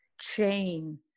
chain